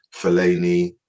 Fellaini